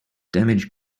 damage